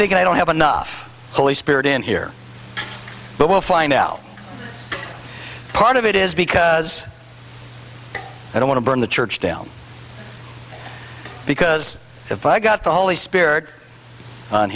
thinking i don't have enough holy spirit in here but we'll find out part of it is because i don't want to burn the church down because if i got the holy spirit on